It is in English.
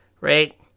right